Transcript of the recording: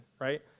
right